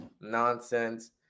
nonsense